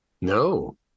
no